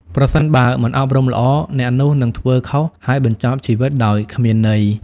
ប្រសិនបើមិនអប់រំល្អ អ្នកនោះនឹងធ្វើខុស ហើយបញ្ចប់ជីវិតដោយគ្មានន័យ។